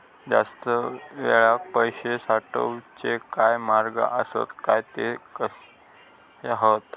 जास्त वेळाक पैशे साठवूचे काय मार्ग आसत काय ते कसे हत?